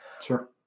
Sure